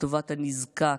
לטובת הנזקק,